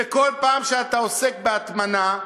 ובכל פעם שאתה עוסק בהטמנה,